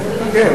כן,